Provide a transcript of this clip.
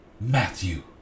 Matthew